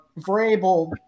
Vrabel